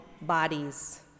bodies